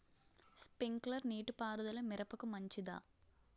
Sprinkler నీటిపారుదల మిరపకు మంచిదా?